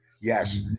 Yes